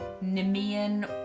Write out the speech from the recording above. Nemean